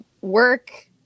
work